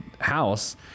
house